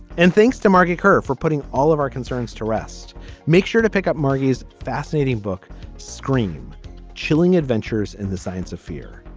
and thanks to market her for putting all of our concerns to rest make sure to pick up maggie's fascinating book scream chilling adventures in the science of fear.